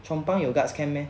chong pang 有 guards camp meh